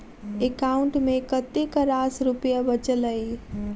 account मे कतेक रास रुपया बचल एई